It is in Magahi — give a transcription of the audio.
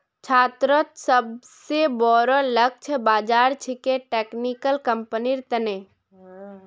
छात्रोंत सोबसे बोरो लक्ष्य बाज़ार छिके टेक्निकल कंपनिर तने